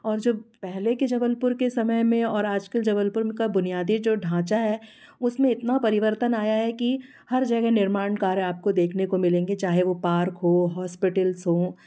और जो पहले के जबलपुर के समय में और आज के जबलपुर में का बुनियादी जो ढांचा है उसमें इतना परिवर्तन आया है कि हर जगह निर्माण कार्य आपको देखने को मिलेंगे चाहे वो पार्क हो हॉस्पिटल्स हों